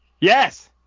Yes